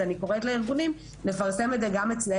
אז אני גם קוראת לארגונים לפרסם גם אצלם,